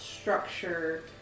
structure